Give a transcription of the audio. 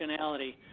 functionality